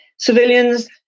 Civilians